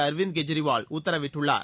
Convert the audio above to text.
அரவிந்த் கெஜ்ரிவால் உத்தரவிட்டுள்ளார்